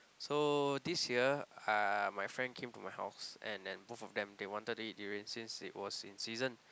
so this year uh my friend came to my house and then both of them they wanted to eat durian since it was in season